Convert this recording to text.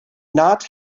not